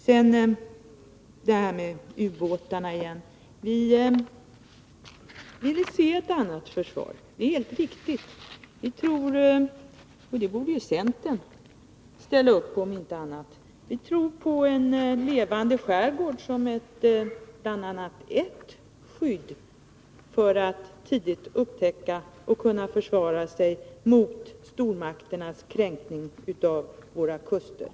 Sedan det här med ubåtarna igen. Det är helt riktigt att vi vill se ett annat försvar. Vi tror — och det borde centern ställa upp på om inte annat — på en levande skärgård som ett skydd för att tidigt upptäcka och kunna försvara sig mot stormakternas kränkning av våra kuster.